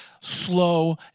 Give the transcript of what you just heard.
slow